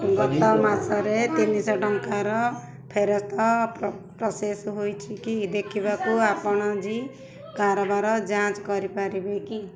ଗତ ମାସରେ ତିନିଶହ ଟଙ୍କାର ଫେରସ୍ତ ପ୍ରୋସେସ୍ ହୋଇଛି କି ଦେଖିବାକୁ ଆପଣ ଜୀ କାରବାର ଯାଞ୍ଚ କରିପାରିବେ କି